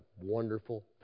wonderful